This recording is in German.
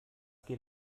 geht